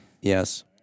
Yes